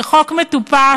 זה חוק מטופש,